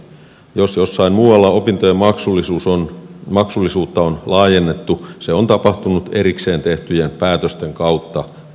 jos jossain muualla opintojen maksullisuutta on laajennettu se on tapahtunut erikseen tehtyjen päätösten kautta ei itsestään